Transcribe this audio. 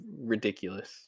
Ridiculous